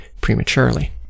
prematurely